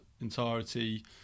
entirety